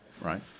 Right